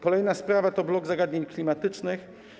Kolejna sprawa to blok zagadnień klimatycznych.